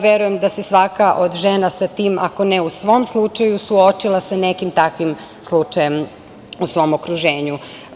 Verujem da se svaka žena sa tim, a ako ne u svom slučaju, suočila sa nekim takvim slučajem u svom okruženju.